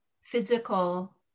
physical